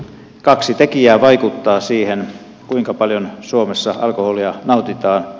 kaksi tekijää vaikuttaa siihen kuinka paljon suomessa alkoholia nautitaan